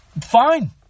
Fine